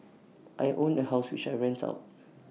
I own A house which I rent out